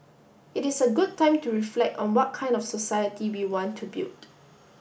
it is a good time to reflect on what kind of society we want to build